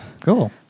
Cool